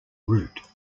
route